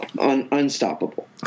Unstoppable